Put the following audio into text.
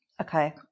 Okay